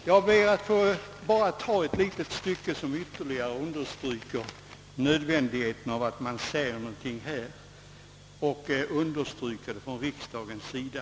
Jeg ber att få citera ännu ett litet stycke ur skrivelsen som ytterligare understryker nödvändigheten av att det görs någonting från riksdagens sida.